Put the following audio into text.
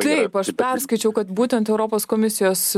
taip aš perskaičiau kad būtent europos komisijos